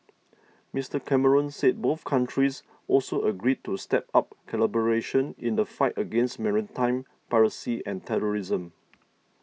Mister Cameron said both countries also agreed to step up collaboration in the fight against maritime piracy and terrorism